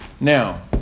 Now